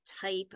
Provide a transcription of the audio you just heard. type